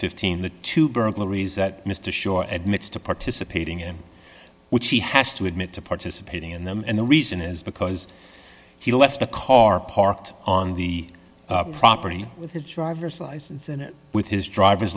fifteen the two burglaries that mr schorr admits to participating in which he has to admit to participating in them and the reason is because he left the car parked on the property with his driver's license with his driver's